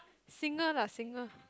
singer lah singer